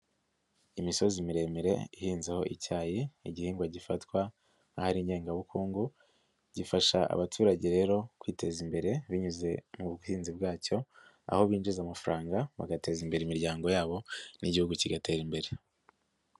Imisozi miremire ihinzeho icyayi, igihingwa gifatwa nkaho ari ngengabukungu gifasha abaturage rero kwiteza imbere binyuze mu buhinzi bwacyo, aho binjiza amafaranga, bagateza imbere imiryango yabo n'Igihugu kigatera imbere.